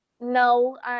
No